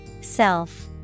Self